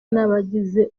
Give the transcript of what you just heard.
n’abagize